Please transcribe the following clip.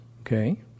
Okay